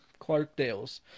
Clarkdales